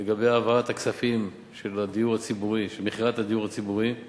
לגבי העברת הכספים של מכירת הדיור הציבורי,